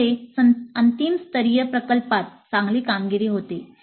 यामुळे अंतिम स्तरीय प्रकल्पात चांगली कामगिरी होते